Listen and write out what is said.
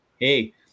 Hey